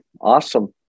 Awesome